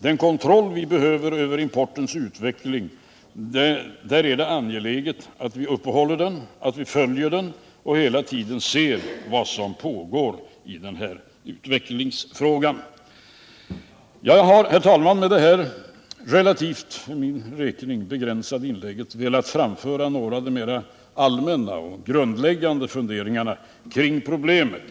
Det är angeläget att vi hela tiden uppehåller den kontroll vi behöver över importens utveckling. Jag har, herr talman, med detta relativt begränsade inlägg velat framföra några av de mera allmänna och grundläggande funderingarna kring problemet.